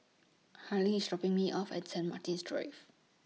Harley IS dropping Me off At Saint Martin's Drive